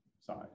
side